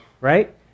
Right